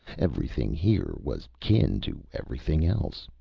everything here was kin to everything else.